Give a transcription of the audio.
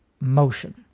motion